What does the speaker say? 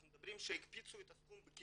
אנחנו מדברים שהקפיצו את הסכום בלפ"מ,